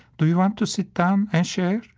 do you want to sit down and share?